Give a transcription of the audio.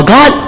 God